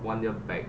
one year back